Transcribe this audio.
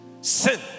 sin